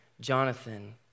Jonathan